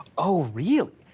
oh, really?